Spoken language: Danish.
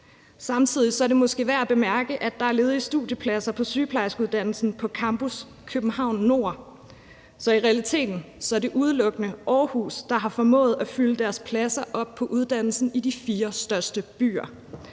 Samtidig er det måske værd at bemærke, at der er ledige studiepladser på sygeplejerskeuddannelsen på Nørre Campus i København. Så i realiteten er det udelukkende Aarhus, der ud af de fire største byer har formået at fylde deres pladser op på uddannelsen. Det er